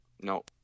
No